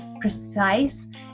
precise